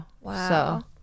Wow